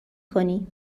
کنی